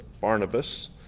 Barnabas